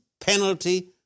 penalty